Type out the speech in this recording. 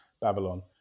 Babylon